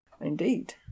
Indeed